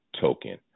token